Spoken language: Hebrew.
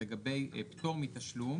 לגבי פטור מתשלום